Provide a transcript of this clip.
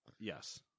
Yes